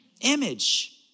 image